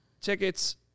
tickets